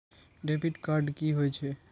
Debit card की होय छे?